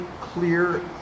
clear